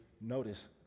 notice